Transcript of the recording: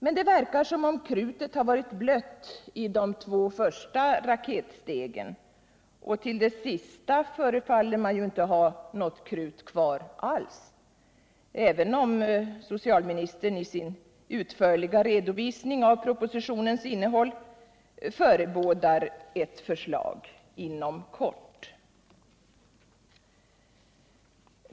Men det verkar som om krutet har varit blött i de två första raketstegen, och till det sista förefaller man inte ha något krut kvar alls, även om socialministern i sin utförliga redovisning av propositionens innehåll förebådar ett förslag inom kort.